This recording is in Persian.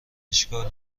اشکال